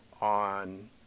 on